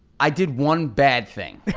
i did one bad thing.